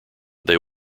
they